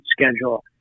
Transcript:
schedule